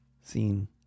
scene